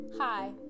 Hi